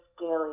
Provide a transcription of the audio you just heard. daily